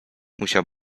musiał